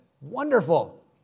wonderful